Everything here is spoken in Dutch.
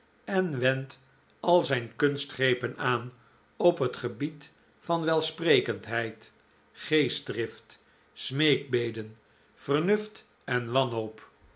en wendt al zijn kunstgrepen aan op het gebied van welsprekendheid geestdrift smeekbeden vernuft en wanhoop